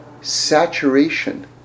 saturation